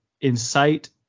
incite